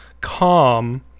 calm